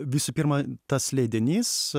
visų pirma tas leidinys